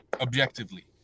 Objectively